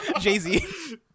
jay-z